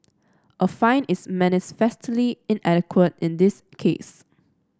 a fine is manifestly inadequate in this case